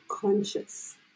conscious